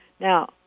now